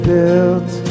built